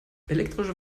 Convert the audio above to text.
elektrische